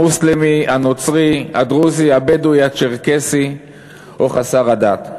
המוסלמי, הנוצרי, הבדואי, הצ'רקסי או חסר הדת.